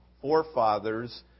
forefathers